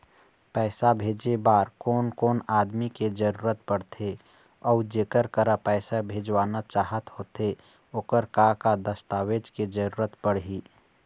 पैसा भेजे बार कोन कोन आदमी के जरूरत पड़ते अऊ जेकर करा पैसा भेजवाना चाहत होथे ओकर का का दस्तावेज के जरूरत पड़ही?